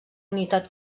unitat